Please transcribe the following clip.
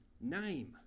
name